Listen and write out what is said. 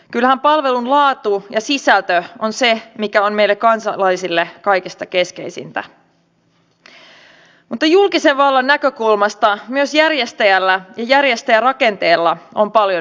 kyllähän palvelun laatu ja sisältö on se mikä on meille kansalaisille kaikista keskeisintä mutta julkisen vallan näkökulmasta myös järjestäjällä ja järjestäjärakenteella on paljon väliä